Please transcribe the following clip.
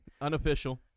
Unofficial